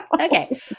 Okay